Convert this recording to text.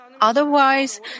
Otherwise